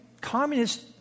communist